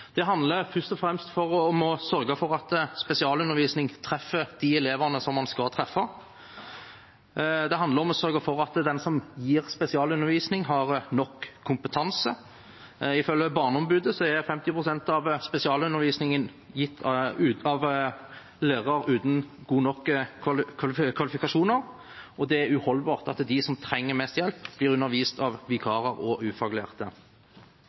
Det handler først og fremst om å sørge for at spesialundervisningen treffer de elevene den skal treffe. Det handler om å sørge for at den som gir spesialundervisning, har nok kompetanse. Ifølge barneombudet er 50 pst. av spesialundervisningen gitt av lærere uten gode nok kvalifikasjoner, og det er uholdbart at de som trenger mest hjelp, blir undervist av vikarer og ufaglærte.